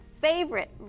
favorite